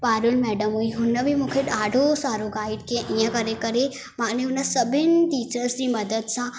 Parul madam हुई हुन बि मूंखे ॾाढो सारो गाइड कई ईअं करे करे माने हुन सभिनि टीचर्स जी मदद सां